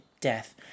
death